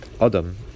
Adam